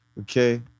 okay